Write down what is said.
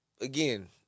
again